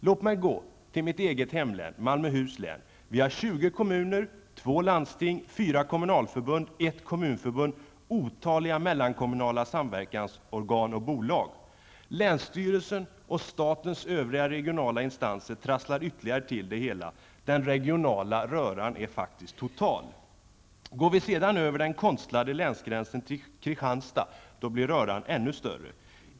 Låt mig gå till mitt eget hemlän -- Malmöhus län. Vi har 20 kommuner, två landsting, fyra kommunalförbund, ett kommunförbund, otaliga mellankommunala samverkansorgan och bolag. Länsstyrelsen och statens övriga regionala instanser trasslar ytterligare till det hela. Den regionala röran är total. Går vi sedan över den konstlade länsgränsen till Kristianstad blir röran ännu större.